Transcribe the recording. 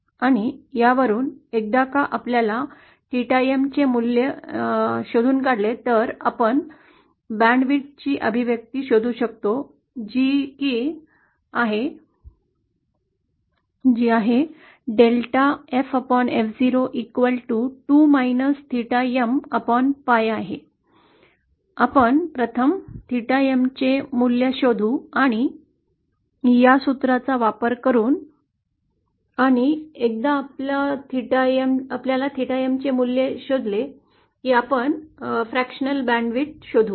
आणि यावरून एकदा आपल्याला 𝚹 M चे मूल्य शोधून काढले तर आपण बॅन्डच्या रुंदीसाठी अभिव्यक्ती शोधू शकतो जी delta ff02 4theta Mpi आहे आपण प्रथम 𝚹 Mचे मूल्य शोधू आणि या सूत्राचा वापर करून आणि एकदा आपल्याला थॅटा M चे मूल्य शोधले आपण अपूर्णांक बँड रुंदी शोधू